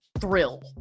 thrill